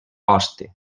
hoste